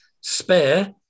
spare